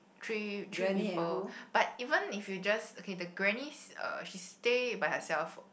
three three people but even if you just okay the granny uh she stay by herself